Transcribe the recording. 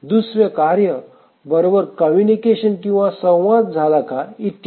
दुसऱ्या कार्य बरोबर कम्युनिकेशन किंवा संवाद झालं का इत्यादी